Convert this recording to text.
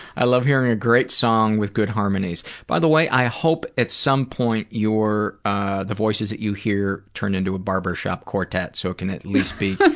i love hearing a great song with great harmonies. by the way, i hope at some point your ah the voices that you hear turn into a barbershop quartet so it can at least be